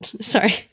Sorry